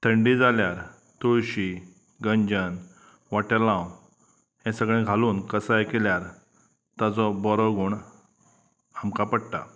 थंडी जाल्यार तुळशी गंजन वोटेलांव हें सगळें घालून कसाय केल्यार ताजो बरो गूण आमकां पडटा